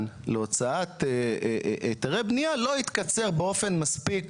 להוצאת היתרי בניה לא התקצר באופן מספיק